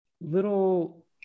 little